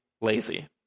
lazy